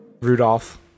Rudolph